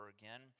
again